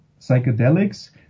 psychedelics